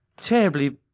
terribly